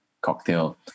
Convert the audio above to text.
cocktail